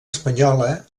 espanyola